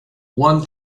one